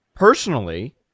Personally